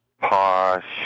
posh